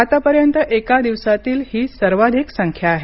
आतापर्यंत एका दिवसातील ही सर्वाधिक संख्या आहे